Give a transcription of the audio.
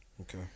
Okay